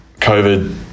COVID